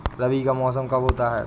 रबी का मौसम कब होता हैं?